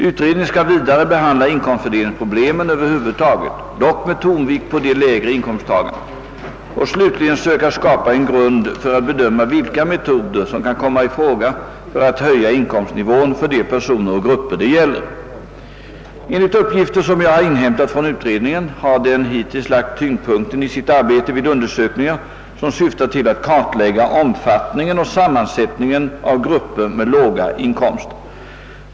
Utredningen skall vidare behandla inkomstfördelningsproblemen över huvud taget, dock med tonvikt på de lägre inkomsttagarna, och slutligen söka skapa en grund för att bedöma vilka metoder som kan komma i fråga för att höja inkomstnivån för de personer och grupper det gäller. Enligt uppgifter som jag har inhämtat från utredningen har den hittills lagt tyngdpunkten i sitt arbete vid undersökningar som syftar till att kartlägga omfattningen och sammansättningen av grupper med låga inkomster.